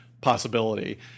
possibility